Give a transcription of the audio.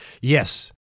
Yes